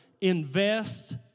invest